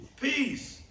Peace